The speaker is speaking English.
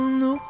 no